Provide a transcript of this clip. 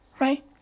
right